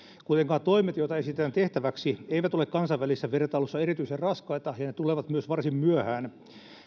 kuitenkaan toimet joita esitetään tehtäväksi eivät ole kansainvälisessä vertailussa erityisen raskaita ja ne tulevat myös varsin myöhään